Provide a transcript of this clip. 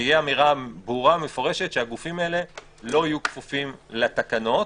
שתהיה אמירה ברורה ומפורשת שהגופים האלה לא יהיו כפופים לתקנות